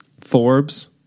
forbes